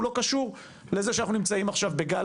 הוא לא קשור לזה שאנחנו נמצאים עכשיו בגל